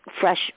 fresh